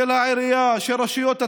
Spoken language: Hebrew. של העירייה, של רשויות התכנון.